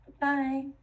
Bye